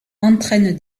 entraîne